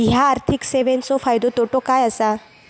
हया आर्थिक सेवेंचो फायदो तोटो काय आसा?